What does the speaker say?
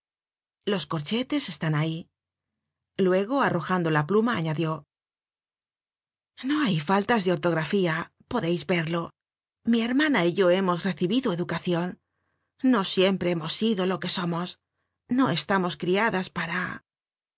los corchetes es tán ahí luego arrojando la pluma añadió no hay faltas de ortografía podeis verlo mi hermana y yo hemos recibido educacion no siempre hemos sido lo que somos no estábamos criadas para